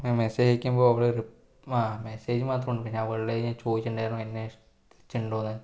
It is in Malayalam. മെസ്സേയ്ജ് അയക്കുമ്പോൾ അവൾ റി ആ മെസ്സേയ്ജ് മാത്രമുണ്ട് പിന്നെ അവളോട് ഞാൻ ചോദിച്ചിട്ടുണ്ടായിരുന്നു എന്നെ ഇഷ്ടം തിരിച്ച് ഉണ്ടോ എന്ന്